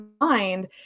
mind